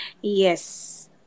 Yes